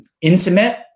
intimate